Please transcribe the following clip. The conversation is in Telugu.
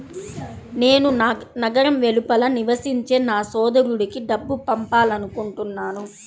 నేను నగరం వెలుపల నివసించే నా సోదరుడికి డబ్బు పంపాలనుకుంటున్నాను